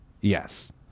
Yes